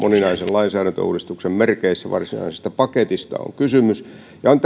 lainsäädäntöuudistuksen merkeissä varsinaisesta paketista on kysymys ja on